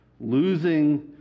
losing